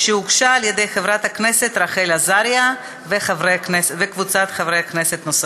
שהוגשה על-ידי חברת הכנסת רחל עזריה וקבוצת חברי כנסת נוספים.